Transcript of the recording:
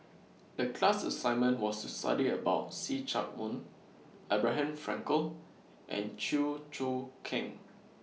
The class assignment was to study about See Chak Mun Abraham Frankel and Chew Choo Keng